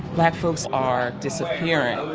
black folks are disappearing'.